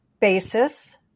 Basis